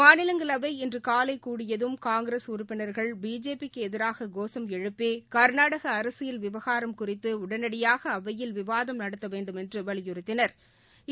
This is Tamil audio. மாநிலங்களவை இன்றுகாலைகூடியதும் காங்கிரஸ் உறுப்பினர்கள் பிஜேபி க்குஎதிராககோஷம் எழுப்பிக்நாடகஅரசியல் விவகாரம் குறித்துஉடனடியாகஅவையில் விவாதம் நடத்தவேண்டுமென்றுவலியுறத்தினா்